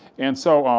and so,